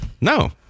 No